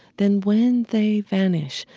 then when they vanish,